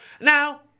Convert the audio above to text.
Now